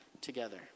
together